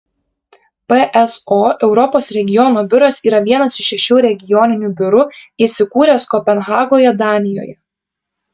pso europos regiono biuras yra vienas iš šešių regioninių biurų įsikūręs kopenhagoje danijoje